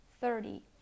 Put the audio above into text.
thirty